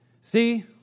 See